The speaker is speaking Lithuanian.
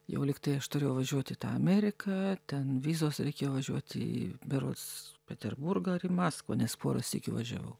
jau lyg tai aš turėjau važiuoti į tą ameriką ten vizos reikėjo važiuoti į berods peterburgą ar į maskvą nes porą sykių važiavau